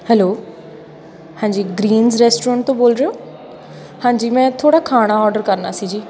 hello ਹਾਂਜੀ Greens restaurant ਤੋਂ ਬੋਲ ਰਹੇ ਹੋ ਹਾਂਜੀ ਮੈਂ ਥੋੜ੍ਹਾ ਖਾਣਾ ਔਡਰ ਕਰਨਾ ਸੀ ਜੀ